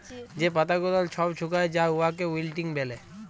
যে পাতা গুলাল ছব ছুকাঁয় যায় উয়াকে উইল্টিং ব্যলে